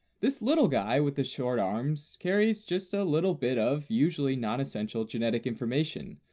this little guy with the short arms carries just a little bit of, usually nonessential genetic information,